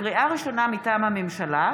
לקריאה שנייה ולקריאה שלישית: